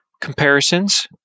comparisons